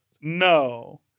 No